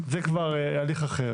זה כבר הליך אחר.